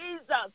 Jesus